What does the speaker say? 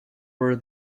were